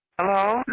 Hello